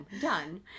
done